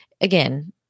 again